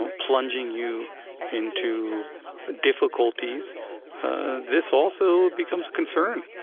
plunging you into difficulties this also becomes a concern.